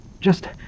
Just